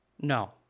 No